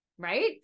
right